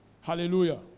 Hallelujah